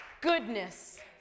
goodness